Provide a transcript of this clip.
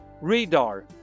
Radar